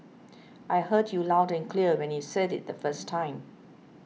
I heard you loud and clear when you said it the first time